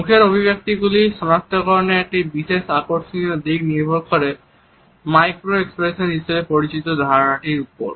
মুখের অভিব্যক্তিগুলির শনাক্তকরণের একটি বিশেষ আকর্ষণীয় দিক নির্ভর করে মাইক্রো এক্সপ্রেশন হিসাবে পরিচিত ধারণাটির ওপর